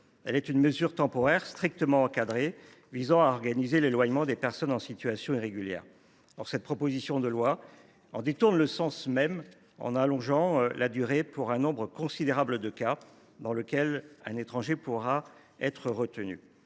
Elle est une mesure temporaire, strictement encadrée, visant à organiser l’éloignement des personnes en situation irrégulière. Or cette proposition de loi en détourne le sens même, en cherchant à allonger sa durée pour un nombre considérable de cas, dans lesquels un étranger pourra être retenu.